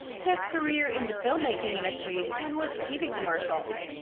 his career in the filmmaking industry began with tv commercials.